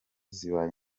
zibaye